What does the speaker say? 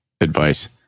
advice